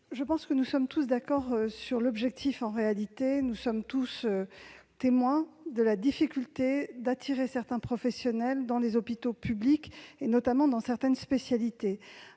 Je crois que nous sommes tous d'accord sur l'objectif, car chacun est témoin de la difficulté d'attirer les professionnels dans les hôpitaux publics, notamment dans certaines spécialités.